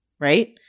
right